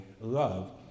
love